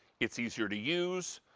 it's easier to use.